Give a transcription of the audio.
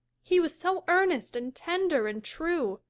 he was so earnest and tender and true.